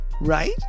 Right